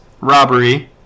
robbery